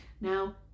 now